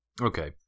Okay